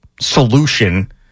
solution